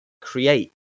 create